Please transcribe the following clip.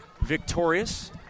victorious